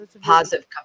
positive